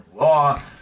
Law